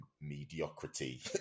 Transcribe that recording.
mediocrity